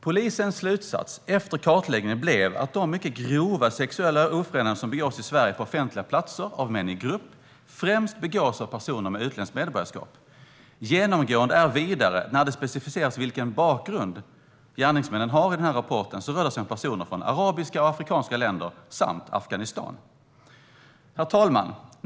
Polisens slutsats efter kartläggningen blev att de mycket grova sexuella ofredanden som begås i Sverige på offentliga platser av män i grupp främst begås av personer med utländskt medborgarskap. Genomgående är vidare att när det specificeras i rapporten vilken bakgrund gärningsmännen har rör det sig om personer från arabiska och afrikanska länder samt Afghanistan. Herr talman!